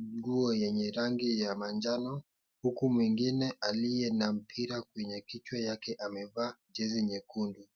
nguo yenye rangi ya manjano, huku mwingine aliye na mpira kwenye kichwa yake amevaa jezi nyekundu.